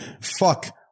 Fuck